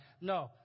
No